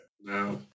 No